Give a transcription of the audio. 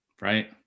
Right